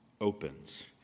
opens